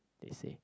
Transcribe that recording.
they say